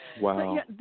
Wow